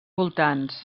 voltants